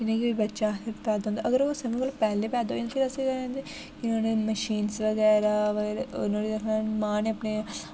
जि'यां कोई बच्चा पैदा होंदा अगर ओह् समें कोला पैह्लें पैदा होई जंदा ते ओह् फिर असें कि उ'नें मशीन्स बगैरा पर नुहाड़े रखना मां नै अपने